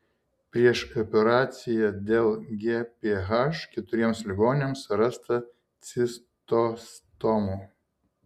prieš operaciją dėl gph keturiems ligoniams rasta cistostomų